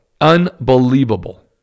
Unbelievable